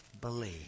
believe